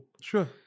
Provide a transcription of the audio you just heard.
Sure